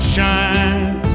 shine